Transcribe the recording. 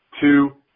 two